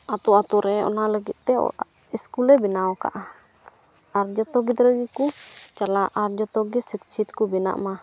ᱟᱹᱛᱩ ᱟᱹᱛᱩ ᱨᱮ ᱚᱱᱟ ᱞᱟᱹᱜᱤᱫ ᱛᱮ ᱥᱠᱩᱞᱮ ᱵᱮᱱᱟᱣ ᱟᱠᱟᱫᱼᱟ ᱟᱨ ᱡᱚᱛᱚ ᱜᱤᱫᱽᱨᱟᱹ ᱜᱮᱠᱚ ᱪᱟᱞᱟᱜᱼᱟ ᱟᱨ ᱡᱚᱛᱚ ᱜᱮ ᱥᱤᱪᱪᱷᱤᱛ ᱠᱚ ᱵᱮᱱᱟᱜ ᱢᱟ